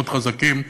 מאוד חזקים,